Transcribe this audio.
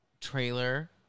trailer